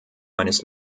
meines